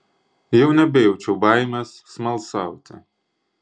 jau nebejaučiau baimės smalsauti